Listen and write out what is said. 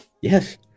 Yes